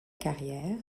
carrière